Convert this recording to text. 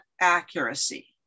accuracy